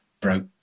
broke